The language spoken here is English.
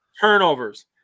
turnovers